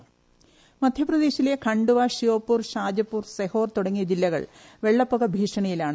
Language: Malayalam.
വോയ്സ് മധ്യപ്രദേശിലെ ഖണ്ഡുവ ഷിയോപുർ ഷാജപുർ സെഹോർ തുടങ്ങിയ ജില്ലകൾ വെള്ളപ്പൊക്ക ഭീഷണിയിലാണ്